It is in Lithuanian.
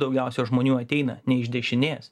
daugiausia žmonių ateina ne iš dešinės